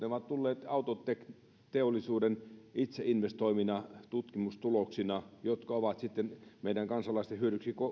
ovat tulleet autoteollisuuden itse investoimina tutkimustuloksina jotka ovat sitten meidän kansalaisten hyödyksi